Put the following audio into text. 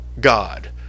god